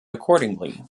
accordingly